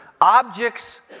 objects